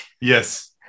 Yes